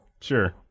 Sure